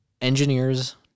engineers